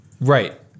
Right